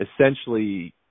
essentially –